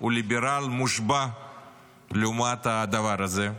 הוא ליברל מושבע לעומת הדבר הזה.